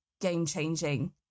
game-changing